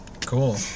cool